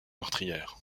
meurtrière